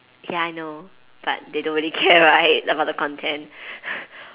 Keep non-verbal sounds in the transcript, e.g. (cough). ya I know but they don't really care (laughs) right about the content (laughs)